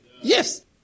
Yes